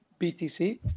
BTC